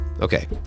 Okay